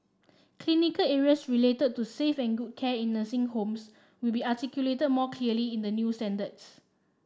clinical areas related to safe and good care in the same homes will be articulated more clearly in the new standards